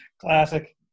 Classic